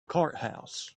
courthouse